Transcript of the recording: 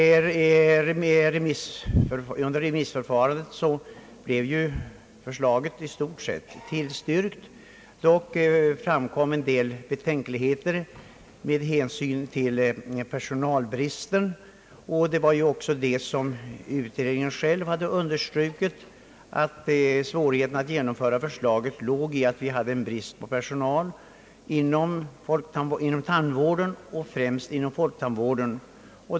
Under remissförfarandet tillstyrktes förslaget i stort sett. Dock framkom en del betänkligheter med hänsyn till personalbristen. Utredningen själv hade också understrukit att svårigheterna att genomföra förslaget låg i, att det var brist på personal inom tandvården, främst inom folktandvården.